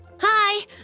Hi